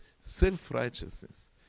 self-righteousness